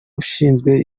ushinzwe